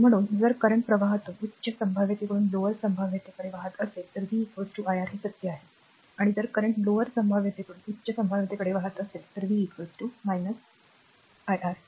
म्हणूनच जर या विद्युत् प्रवाहातून उच्च संभाव्यतेच्या लोअर संभाव्यतेकडे वाहत असेल तर उजवे v iR हे सत्य आहे आणि जर विद्युत् प्रवाह लोअर संभाव्यतेकडून उच्च संभाव्यतेकडे वाहत असेल तर v आर